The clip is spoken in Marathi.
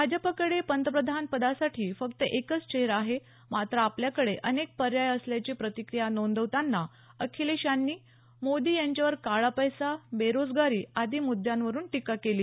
भाजपकडे पंतप्रधान पदासाठी फक्त एकच चेहरा आहे मात्र आपल्याकडे अनेक पर्याय असल्याची प्रतिक्रिया नोंदवताना अखिलेश यांनी मोदी यांच्यावर काळा पैसा बेरोजगारी आदी मुद्यांवरून टीका केली